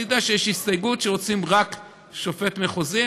אני יודע שיש הסתייגות שרוצים רק שופט מחוזי.